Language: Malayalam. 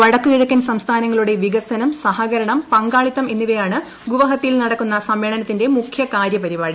വടക്കു കിഴക്കൻ സംസ്ഥാനങ്ങളുടെ വികസനം സഹകരണം പങ്കാളിത്തം എന്നിവയാണ് ഗുവഹത്തിയിൽ നടക്കുന്ന സമ്മേളനത്തിന്റെ മുഖ്യ കാര്യപരിപാടി